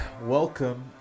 welcome